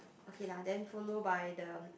okay lah then follow by the